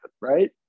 Right